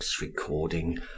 recording